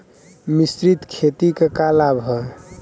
मिश्रित खेती क का लाभ ह?